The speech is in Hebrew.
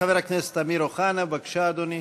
חבר הכנסת אמיר אוחנה, בבקשה, אדוני.